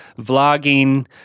vlogging